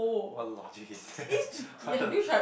what logic is that hello